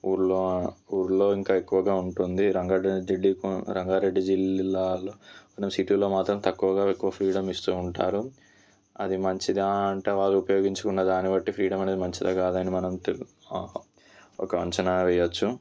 ఊళ్ళో ఊళ్ళో ఇంకా ఎక్కువగా ఉంటుంది రంగారెడ్డి ఢి రంగారెడ్డి జిల్లాలో మనం సిటీలో మాత్రం తక్కువగా ఎక్కువ ఫ్రీడమ్ ఇస్తు ఉంటారు అది మంచిదా అంటే వాళ్ళు ఉపయోగించుకునే దాన్ని బట్టి ఫ్రీడం అనేది మంచిదా కాదా అని ఒక అంచనా వేయచ్చు